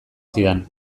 zidan